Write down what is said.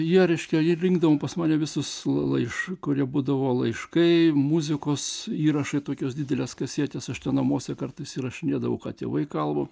jie reiškia rinkdavom pas mane visus laiškus kurie būdavo laiškai muzikos įrašai tokios didelės kasetės aš namuose kartais ir aš nedaug ką tėvai kalba